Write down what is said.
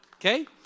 okay